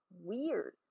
weird